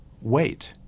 wait